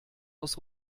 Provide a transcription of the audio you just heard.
aus